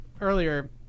earlier